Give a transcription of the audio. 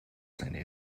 seine